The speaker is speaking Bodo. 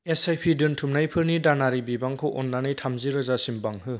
एस आइ पि दोनथुमनायफोरनि दानारि बिबांखौ अन्नानै थामजिरोजा सिम बांहो